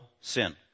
sin